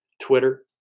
Twitter